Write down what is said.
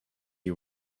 you